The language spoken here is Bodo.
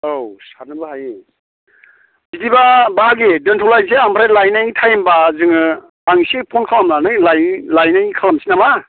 औ सारनोबो हायो बिदिब्ला बाहागि दोनथ'लायनोसै ओमफ्राय लायनायनि टाइमबा जोङो आं इसे फ'न खालामनानै लायनायनि खालामनोसै नामा